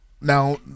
Now